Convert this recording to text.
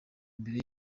imbere